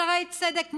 בשערי צדק מוכנים,